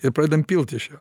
ir pradedam pilti iš jo